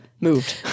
moved